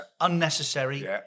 unnecessary